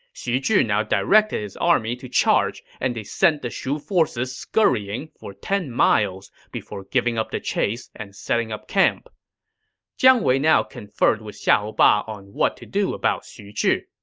xu zhi now directed his army to charge, and they sent the shu forces scurrying for ten miles before giving up the chase and setting up camp jiang wei now conferred with xiahou ba on what to do about xu zhi.